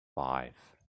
five